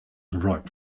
ripe